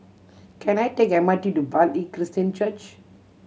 can I take M R T to Bartley Christian Church